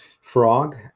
Frog